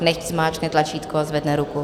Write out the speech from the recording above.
Nechť zmáčkne tlačítko a zvedne ruku.